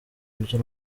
byo